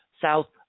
south